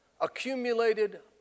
Accumulated